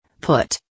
Put